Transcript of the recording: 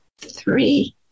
Three